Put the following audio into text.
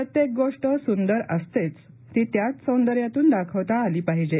प्रत्येक गोष् सूंदर असतेच ती त्याच सौदर्यातून दाखवता आली पाहिजे